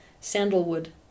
Sandalwood